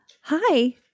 hi